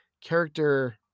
character